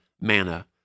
manna